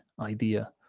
idea